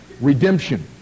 Redemption